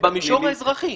במישור האזרחי.